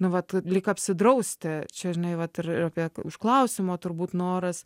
nu vat lyg apsidrausti čia žinai vat ir apie už klausimo turbūt noras